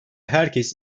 herkes